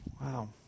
Wow